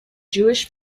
jewish